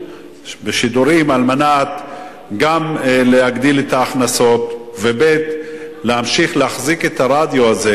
בשידורים על מנת להגדיל את ההכנסות ולהמשיך להחזיק את הרדיו הזה.